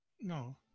No